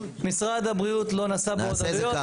משרד הבריאות לא נשא בעוד עלויות,